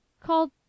called